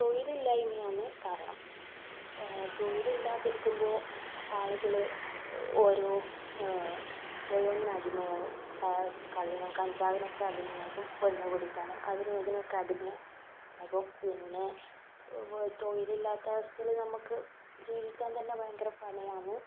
തൊഴിലില്ലായ്മയാണ് കാരണം തൊഴിലില്ലാതെ ഇരിക്കുമ്പോൾ ആളുകൾ ഓരോ ഓരോന്നിന് അടിമയാവും ക കള്ളിനും കഞ്ചാവിനും ഒക്കെ അടിമയാവും പെണ്ണ് പിടിക്കാനും അതിനും ഇതിനും ഒക്കെ അടിമ ആവും പിന്നെ വി തൊഴിലില്ലാത്ത അവസ്ഥയിൽ നമുക്ക് ജീവിക്കാൻ തന്നെ ഭയങ്കര പണിയാണ്